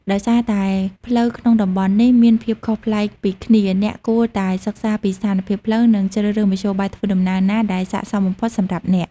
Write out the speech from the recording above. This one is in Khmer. ដោយសារតែផ្លូវក្នុងតំបន់នេះមានភាពខុសប្លែកពីគ្នា អ្នកគួរតែសិក្សាពីស្ថានភាពផ្លូវ និងជ្រើសរើសមធ្យោបាយធ្វើដំណើរណាដែលស័ក្តិសមបំផុតសម្រាប់អ្នក។